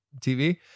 TV